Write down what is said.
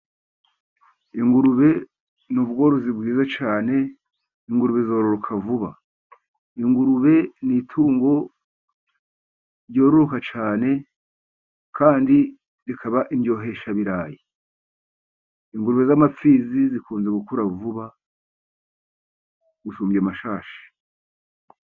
Ingurube ni ubworozi bwiza cyane, ingurube zororoka vuba, ingurube ni itungo ryororoka cyane, kandi rikaba indyoheshabirayi, ingurube z'amapfizi zikunze gukura vuba gusumbya amashashi.